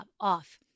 off